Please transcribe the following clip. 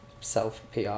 self-PR